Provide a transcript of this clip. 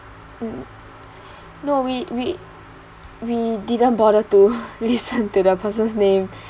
mm no we we we didn't bother to listen to the person's name